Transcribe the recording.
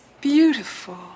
beautiful